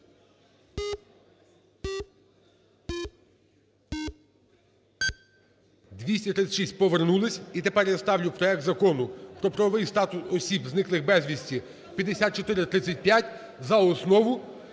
236. Повернулись. І тепер я ставлю проект Закону про правовий статус осіб, зниклих безвісти (5435) за основу